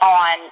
on